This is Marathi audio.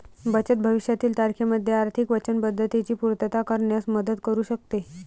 बचत भविष्यातील तारखेमध्ये आर्थिक वचनबद्धतेची पूर्तता करण्यात मदत करू शकते